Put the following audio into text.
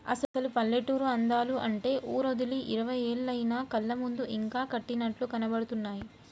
అసలు పల్లెటూరి అందాలు అంటే ఊరోదిలి ఇరవై ఏళ్లయినా కళ్ళ ముందు ఇంకా కట్టినట్లు కనబడుతున్నాయి